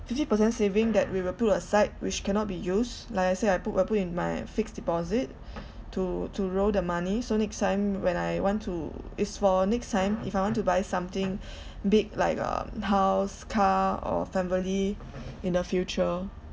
fifty percent saving that we will put aside which cannot be used like I say I put I put in my fixed deposit to to roll the money so next time when I want to is for next time if I want to buy something big like a house car or family in the future